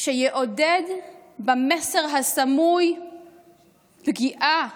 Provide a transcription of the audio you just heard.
שיעודד במסר הסמוי פגיעה